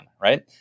right